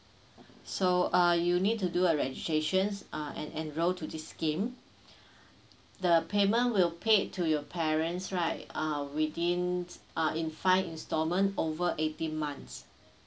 so uh you need to do a registrations ah and enroll to this scheme the payment will paid to your parents right uh within ah in five instalment over eighteen months